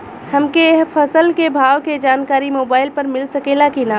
हमके फसल के भाव के जानकारी मोबाइल पर मिल सकेला की ना?